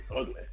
ugly